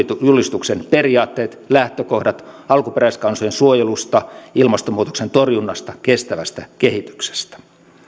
julistuksen periaatteet lähtökohdat alkuperäiskansojen suojelusta ilmastonmuutoksen torjunnasta kestävästä kehityksestä